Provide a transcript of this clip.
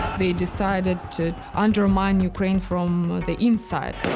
they decided to undermine ukraine from the inside.